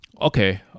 Okay